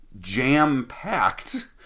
jam-packed